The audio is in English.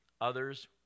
Others